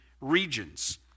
regions